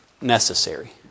necessary